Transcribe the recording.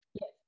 Yes